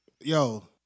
Yo